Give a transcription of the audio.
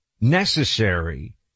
necessary